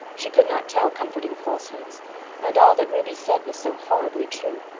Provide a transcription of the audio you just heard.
she could not tell comforting falsehoods and all that ruby said was so horribly true.